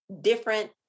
different